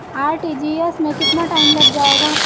RTGS में कितना time लग जाएगा?